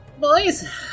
boys